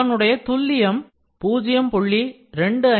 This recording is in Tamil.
இதனுடைய துல்லியம் 0